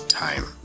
time